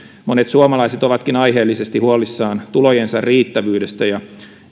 monet suomalaiset ovatkin aiheellisesti huolissaan tulojensa riittävyydestä ja